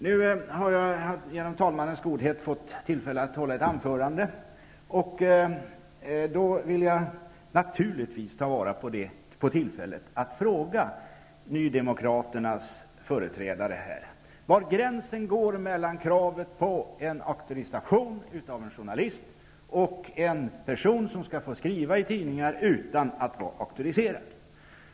Jag har nu, genom talmannens godhet, fått tillfälle att hålla ett anförande, och då vill jag naturligtvis ta vara på tillfället att fråga Nydemokraternas företrädare var gränsen går mellan kravet på en auktorisation av en journalist och en person som skall få skriva i tidningar utan att vara auktoriserad.